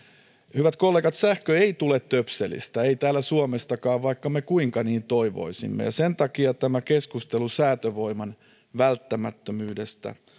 hyvät kollegat sähkö ei tule töpselistä ei täällä suomessakaan vaikka me kuinka niin toivoisimme sen takia tämä keskustelu säätövoiman välttämättömyydestä